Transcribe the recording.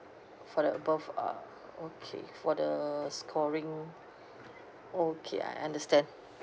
for the above uh okay for the scoring okay I understand